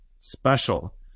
special